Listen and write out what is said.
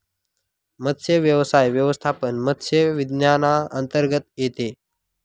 मत्स्यव्यवसाय व्यवस्थापन मत्स्य विज्ञानांतर्गत येते